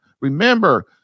Remember